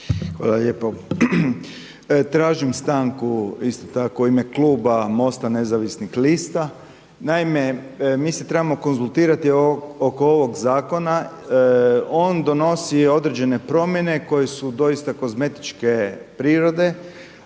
Slaven (MOST)** Tražim stanku isto tako u ime Kluba MOST-a nezavisnih lista. Naime, mi se trebamo konzultirati oko ovog zakona. On donosi određene promjene koje su doista kozmetičke prirode,